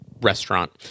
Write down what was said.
restaurant